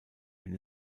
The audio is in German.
wenn